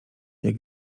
jak